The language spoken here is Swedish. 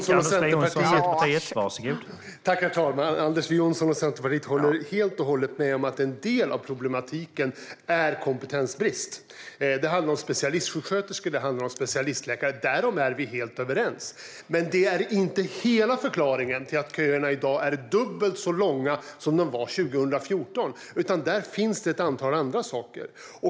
Herr talman! Jag och Centerpartiet håller helt och hållet med om att en del av problematiken är kompetensbrist. Det handlar om specialistsjuksköterskor och om specialistläkare - därom är vi helt överens. Men det är inte hela förklaringen till att köerna i dag är dubbelt så långa som de var 2014, utan det finns ett antal andra saker som också spelar in.